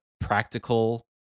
practical